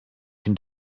can